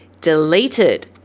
deleted